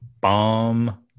bomb